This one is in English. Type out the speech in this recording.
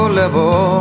level